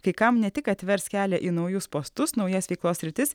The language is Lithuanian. kai kam ne tik atvers kelią į naujus postus naujas veiklos sritis